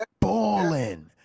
balling